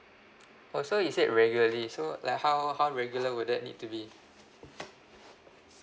oh so you said regularly so like how how regular would that need to be